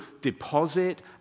deposit